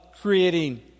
creating